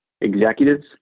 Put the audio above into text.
executives